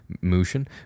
motion